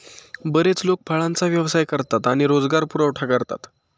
बरेच लोक फळांचा व्यवसाय करतात आणि रोजगार पुरवठा करतात